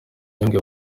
nyungwe